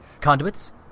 conduits